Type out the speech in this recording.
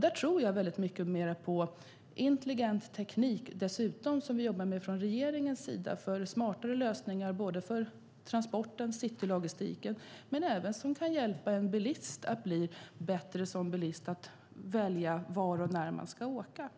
Där tror jag på intelligent teknik. Vi arbetar från regeringens sida för smartare lösningar för transporter och citylogistiken. Det handlar även om att hjälpa bilister att bli bättre som bilist när det gäller att välja när och var man ska åka.